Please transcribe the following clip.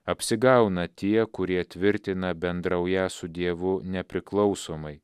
apsigauna tie kurie tvirtina bendraują su dievu nepriklausomai